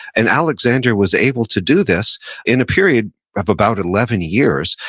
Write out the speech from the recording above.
and alexander was able to do this in a period of about eleven years,